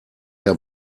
der